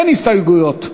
אין הסתייגויות.